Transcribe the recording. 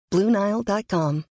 Bluenile.com